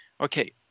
okay